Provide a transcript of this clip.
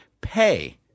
pay